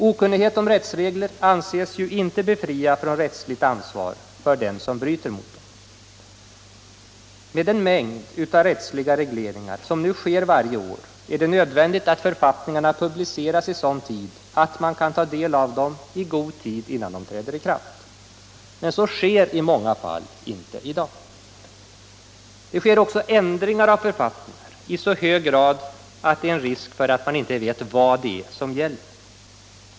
Okunnighet om rättsregler anses ju inte befria från rättsligt ansvar för den som bryter mot dem. Med den mängd av rättsliga regleringar som nu sker varje år är det nödvändigt att författningarna publiceras i sådan tid att man kan ta del av dem i god tid innan de träder i kraft. Så sker i många fall inte i dag. Det sker också ändringar av författningar i så hög grad att det är en risk att man inte vet vad det är som gäller.